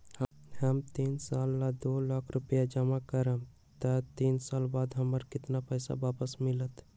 हम तीन साल ला दो लाख रूपैया जमा करम त तीन साल बाद हमरा केतना पैसा वापस मिलत?